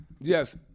Yes